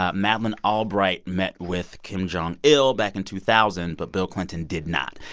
ah madeleine albright met with kim jong il back and two thousand. but bill clinton did not.